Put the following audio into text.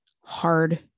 hard